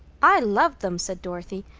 i love them, said dorothy.